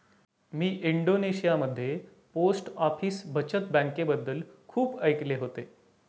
मी इंडोनेशियामध्ये post office बचत बँकेबद्दल खूप ऐकले होते